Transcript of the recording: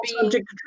subject